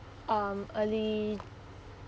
um early